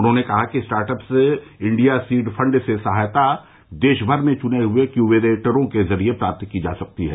उन्होंने कहा कि स्टार्टअप्स इंडिया सीड फंड से सहायता देशभर में चुने हुए इन्क्यूबेटरों के जरिये प्राप्त की जा सकती है